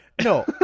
No